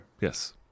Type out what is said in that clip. Yes